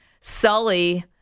Sully